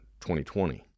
2020